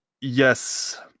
yes